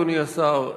אדוני השר,